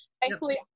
Thankfully